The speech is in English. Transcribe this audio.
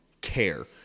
care